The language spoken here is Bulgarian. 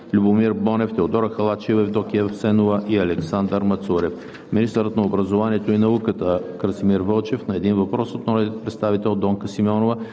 Любомир Бонев, Теодора Халачева и Евдокия Асенова; и Александър Мацурев; - министърът на образованието и науката Красимир Вълчев – на един въпрос от народния представител Донка Симеонова;